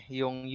yung